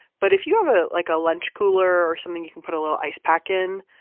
but if you have ah like a lunch cooler or something you can put a little ice pack in,